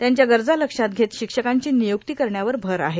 त्यांच्या गरजा लक्षात घेता शिक्षकांची नियुक्ती करण्यावर भर आहे